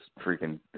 freaking